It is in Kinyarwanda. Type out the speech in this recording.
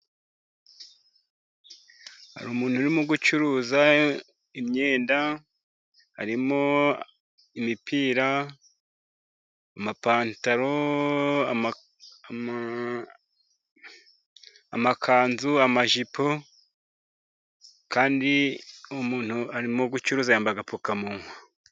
Hari umuntu urimo gucuruza imyenda, harimo imipira, amapantaro, amakanzu amajipo, kandi uwo muntu arimo gucuruza, yambaye agapfukamunwa.